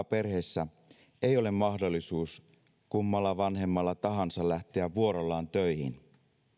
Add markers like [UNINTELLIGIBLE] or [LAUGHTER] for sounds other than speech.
[UNINTELLIGIBLE] perheessä ei ole mahdollisuutta kummalla vanhemmalla tahansa lähteä vuorollaan töihin